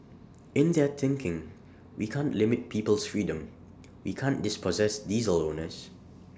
in their thinking we can't limit people's freedom we can't dispossess diesel owners